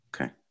Okay